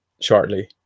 shortly